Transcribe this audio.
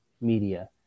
media